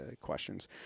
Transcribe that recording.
questions